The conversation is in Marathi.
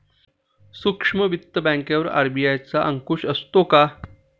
सूक्ष्म वित्त बँकेवर आर.बी.आय चा अंकुश असतो का?